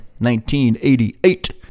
1988